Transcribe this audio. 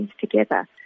together